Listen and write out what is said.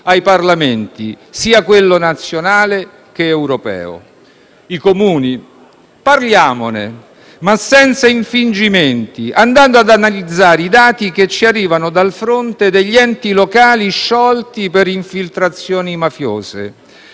ai Parlamenti, sia quello nazionale che europeo. I Comuni? Parliamone, ma senza infingimenti, andando ad analizzare i dati che ci arrivano dal fronte degli enti locali sciolti per infiltrazioni mafiose: